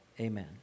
amen